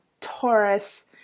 Taurus